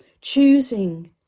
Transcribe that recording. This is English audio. Choosing